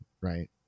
right